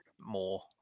more